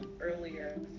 earlier